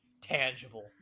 tangible